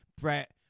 Brett